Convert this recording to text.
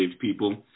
people